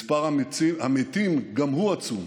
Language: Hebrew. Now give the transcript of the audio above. מספר המתים גם הוא עצום,